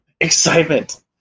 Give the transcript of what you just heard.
excitement